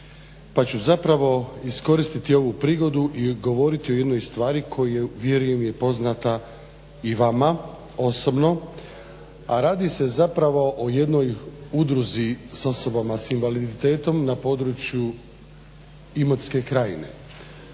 Pa ću zapravo iskoristiti ovu prigodu i govoriti o jednoj stvari koja vjerujem je poznata i vama osobno, a radi se zapravo o jednoj udruzi sa osobama s invaliditetom na području Imotske krajine.